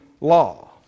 law